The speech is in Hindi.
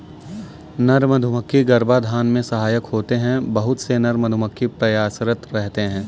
नर मधुमक्खी गर्भाधान में सहायक होते हैं बहुत से नर मधुमक्खी प्रयासरत रहते हैं